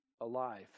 alive